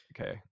Okay